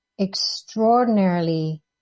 extraordinarily